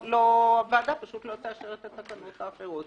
הוועדה פשוט לא תאשר את התקנות האחרות,